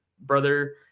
brother